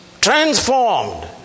Transformed